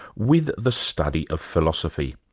with the study of philosophy.